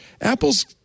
Apple's